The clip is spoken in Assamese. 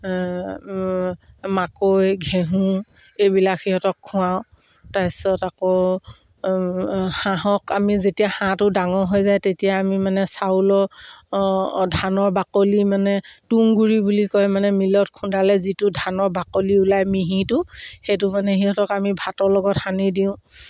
মাকৈ ঘেঁহু এইবিলাক সিহঁতক খোৱাওঁ তাৰপিছত আকৌ হাঁহক আমি যেতিয়া হাঁহটো ডাঙৰ হৈ যায় তেতিয়া আমি মানে চাউলৰ ধানৰ বাকলি মানে তুংগুৰি বুলি কয় মানে মিলত খুন্দালে যিটো ধানৰ বাকলি ওলাই মিহিটো সেইটো মানে সিহঁতক আমি ভাতৰ লগত সানি দিওঁ